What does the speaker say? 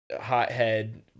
hothead